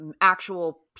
actual